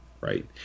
right